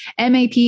MAP